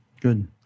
Good